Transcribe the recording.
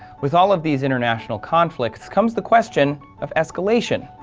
with all of these international conflicts comes the question of escalation.